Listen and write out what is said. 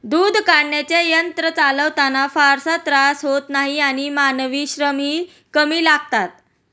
दूध काढण्याचे यंत्र चालवताना फारसा त्रास होत नाही आणि मानवी श्रमही कमी लागतात